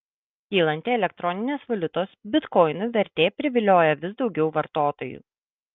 kylanti elektroninės valiutos bitkoinų vertė privilioja vis daug vartotojų